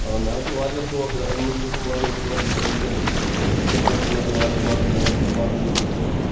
ٲں مےٚ حظ چھِ واریاہ شوق امہِ مزید حظ چھِ مےٚ واریاہ شوق بہٕ چھُس وُنکؠن اوسُس بہٕ کِرکَٹ گِنٛدان یا والِی بال گِنٛدان یا فُٹ بال گِنٛدان